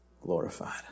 glorified